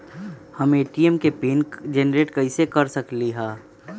हम ए.टी.एम के PIN generate कईसे कर सकली ह?